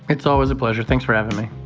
it's always a pleasure. thanks for having me.